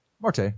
Marte